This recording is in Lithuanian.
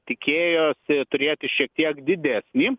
tikėjosi turėti šiek tiek didesnį